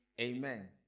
Amen